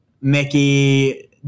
Mickey